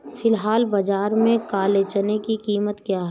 फ़िलहाल बाज़ार में काले चने की कीमत क्या है?